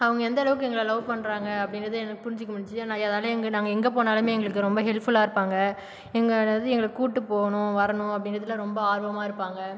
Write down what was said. அவங்க எந்த அளவுக்கு எங்களை லவ் பண்ணறாங்க அப்படின்றது என்னால் புரிஞ்சிக்க முடிஞ்சிச்சு அதால நாங்கள் எங்கே போனாலும் எங்களுக்கு ரொம்ப ஹெல்ப்ஃபுல்லாக இருப்பாங்க எங்க அதாவது எங்களை கூப்பிட்டு போகணும் வரணும் அப்படின்றதுல ரொம்ப ஆர்வமாக இருப்பாங்க